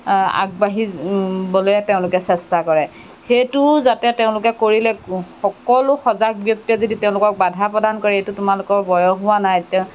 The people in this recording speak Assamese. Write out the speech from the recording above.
আগবাঢ়িবলৈ তেওঁলোকে চেষ্টা কৰে সেইটো যাতে তেওঁলোকে কৰিলে সকলো সজাগ ব্যক্তিয়ে যদি তেওঁলোকক বাধা প্ৰদান কৰে এইটো তোমালোকৰ বয়স হোৱা নাই তেতিয়া